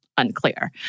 unclear